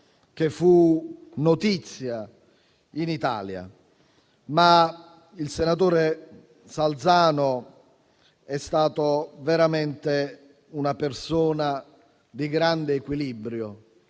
che fu notizia in Italia. Il senatore Salzano è stato veramente una persona di grande equilibrio,